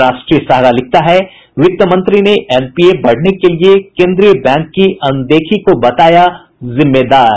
राष्ट्रीय सहारा लिखता है वित्त मंत्री ने एनपीए बढ़ने के लिए केन्द्रीय बैंक की अनदेखी को बताया जिम्मेदार